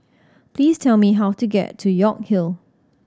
please tell me how to get to York Hill